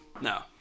No